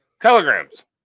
telegrams